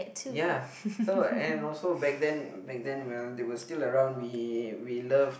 ya so and also back then back then when they were still around we we love